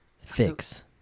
fix